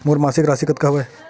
मोर मासिक राशि कतका हवय?